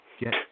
Get